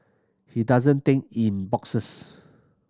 he doesn't think in boxes